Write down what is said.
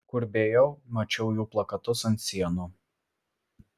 kur beėjau mačiau jų plakatus ant sienų